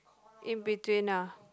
in between ah